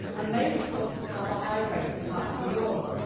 a major source of carbohydrates in parts of the world.